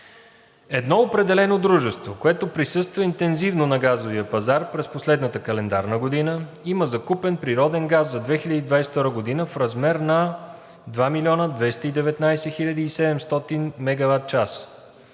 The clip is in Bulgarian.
Едно определено дружество, което присъства интензивно на газовия пазар през последната календарна година, има закупен природен газ за 2022 г. в размер на 2 219 700 мегаватчаса.